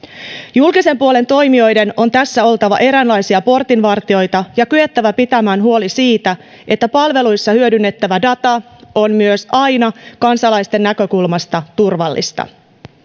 julkisen puolen toimijoiden on tässä oltava eräänlaisia portinvartijoita ja kyettävä pitämään huoli siitä että palveluissa hyödynnettävä data on myös aina kansalaisten näkökulmasta turvallista